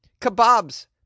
Kebabs